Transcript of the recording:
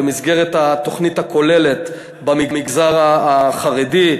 במסגרת התוכנית הכוללת במגזר החרדי,